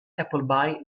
appleby